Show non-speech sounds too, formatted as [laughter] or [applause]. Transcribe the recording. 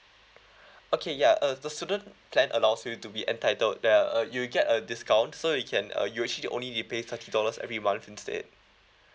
[breath] okay ya uh the student plan allows you to be entitled the uh you get a discount so you can uh you actually only need to pay thirty dollars every month instead